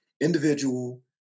individual